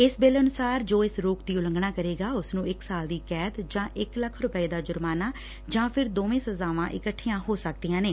ਇਸ ਬਿੱਲ ਅਨੁਸਾਰ ਜੋ ਇਸ ਰੋਕ ਦੀ ਉਲੰਘਣਾ ਕਰੇਗਾ ਉਸ ਨੂੰ ਇਕ ਸਾਲ ਦੀ ਕੈਦ ਜਾਂ ਇਕ ਲੱਖ ਰੁਪੈ ਦਾ ਜੁਰਮਾਨਾ ਜਾ ਫਿਰ ਦੋਵੇ' ਸਜਾਵਾਂ ਕੱਠੀਆਂ ਹੋ ਸਕਦੀਆਂ ਨੇ